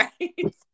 right